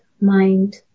mind